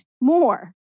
more